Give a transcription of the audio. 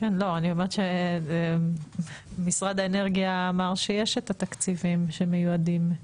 אני הבנתי שמשרד האנרגיה אמר שיש את התקציבים שמיועדים?